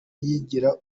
yigira